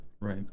Right